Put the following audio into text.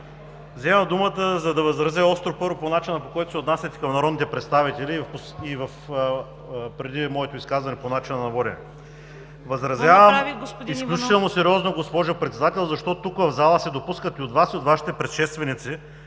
Възразявам изключително сериозно, госпожо Председател, защото тук, в залата, се допуска и от Вас, и от Вашите предшественици